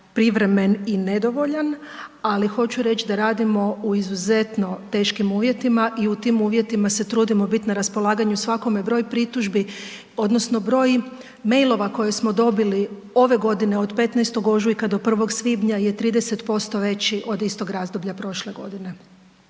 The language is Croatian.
privremen i nedovoljan, ali hoću reći da radimo u izuzetno teškim uvjetima i u tim uvjetima se trudimo biti na raspolaganju svakome. Broj pritužbi, odnosno broj mailova koje smo dobili ove godine od 15. ožujka do 1. svibnja je 30% veći od istog razdoblja prošle godine.